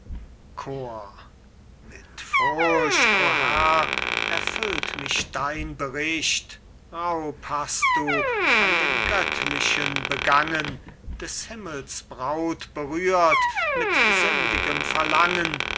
mit furcht o herr erfüllt mich dein bericht raub hast du an dem göttlichen begangen des himmels braut berührt mit sündigem verlangen